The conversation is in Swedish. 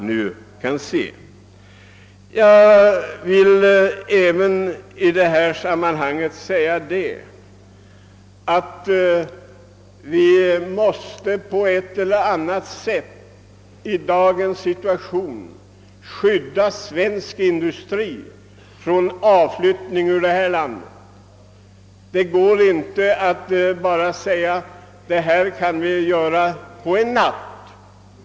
Vi måste även på ett eller annat sätt se till att svensk industri inte flyttar från detta land. Det går inte att säga att vi kan klara det på en natt.